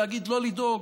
להגיד: לא לדאוג.